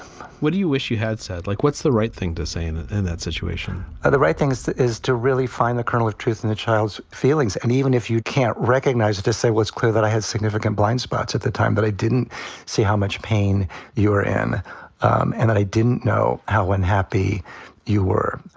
what do you wish you had said? like, what's the right thing to say in and in that situation? the right thing is to is to really find the kernel of truth in the child's feelings. and even if you can't recognize it, just say what's clear, that i had significant blindspots at the time that i didn't see how much pain you were in and i didn't know how unhappy you were.